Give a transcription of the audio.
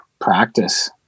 practice